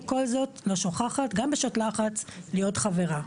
ועם כל זאת לא שוכחת גם בשעת לחץ להיות חברה.